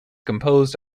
composed